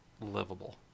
livable